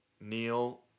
Neil